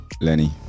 Lenny